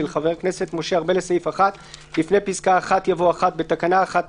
של חבר הכנסת משה ארבל לסעיף 1. לפני פסקה (1) יבוא: "(1)בתקנה 1,